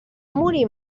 morir